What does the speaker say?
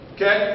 Okay